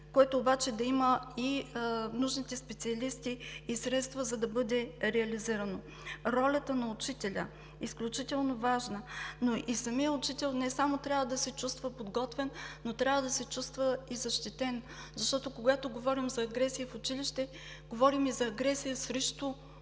което обаче да има и нужните специалисти и средства, за да бъде реализирано. Ролята на учителя е изключително важна, но и самият учител не само трябва да се чувства подготвен, но трябва да се чувства и защитен. Защото когато говорим за агресия в училище, говорим и за агресия срещу учителя,